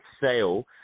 sale